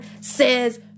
says